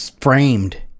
framed